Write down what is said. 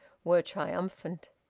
were triumphant.